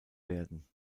werden